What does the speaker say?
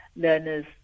learners